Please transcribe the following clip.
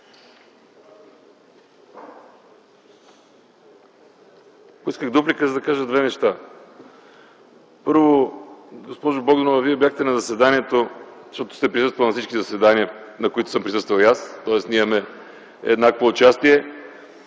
Поисках дуплика, за да кажа две неща. Първо, госпожо Богданова, Вие бяхте на заседанието, защото сте присъствала на всички заседания, на които съм присъствал и аз, тоест имаме еднакви участия